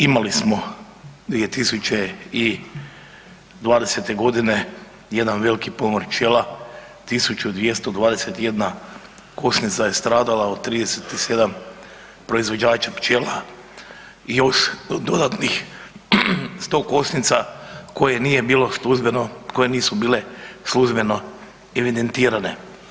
Imali smo 2020.g. jedan velki pomor pčela, 1221 košnica je stradala od 37 proizvođača pčela i još dodatnih 100 košnica koje nije bilo službeno, koje nisu bile službeno evidentirane.